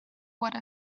what